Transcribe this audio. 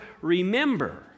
remember